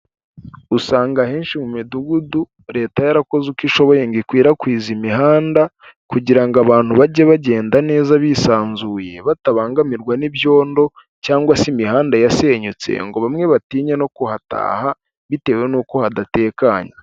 Usanga ahenshi mu midugudu leta yarakoze uko ishoboye ngo ikwirakwiza imihanda, kugira ngo abantu bajye bagenda neza bisanzuye batabangamirwa n'ibyondo, cyangwa se imihanda yasenyutse ngo bamwe batinye no kuhataha bitewe n'uko hadatekanye.